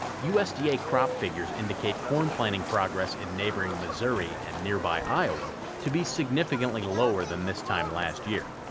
usda yeah crop figures indicate corn planting progress in neighboring missouri and nearby iowa to be significantly lower than this time last year.